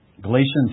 Galatians